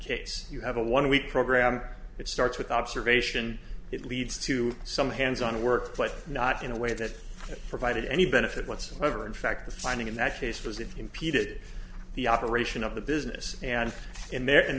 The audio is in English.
case you have a one week program it starts with observation it leads to some hands on a workplace not in a way that provided any benefit whatsoever in fact finding in that case was it impeded the operation of the business and and there in